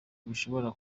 bishobora